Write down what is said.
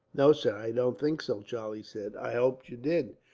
no, sir, i don't think so, charlie said. i hoped you did,